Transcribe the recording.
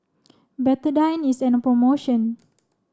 Betadine is an promotion